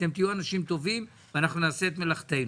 אתם תהיו אנשים טובים ואנחנו נעשה את מלאכתנו.